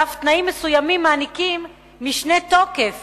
ואף תנאים מסוימים מעניקים משנה תוקף